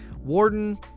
Warden